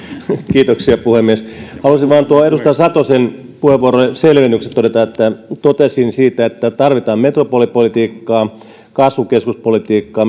kiitoksia puhemies halusin vain tuohon edustaja satosen puheenvuoroon selvennykseksi todeta että totesin siitä että tarvitaan metropolipolitiikkaa kasvukeskuspolitiikkaa